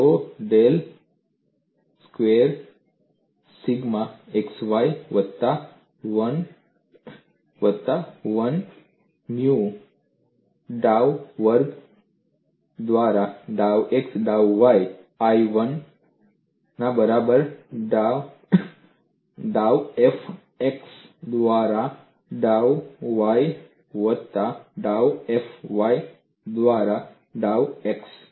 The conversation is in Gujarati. તેઓ ડેલ સ્ક્વેર સિગ્મા xy વત્તા 1 દ્વારા 1 વત્તા ન્યુ ડાઉ વર્ગ દ્વારા ડાઉ x ડાઉ y માં I 1 બરાબર ડાઉ F x દ્વારા ડાઉ y વત્તા ડાઉ F y by ડાઉ x